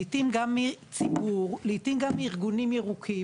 לעתים גם מהציבור ולעתים גם מארגונים ירוקים.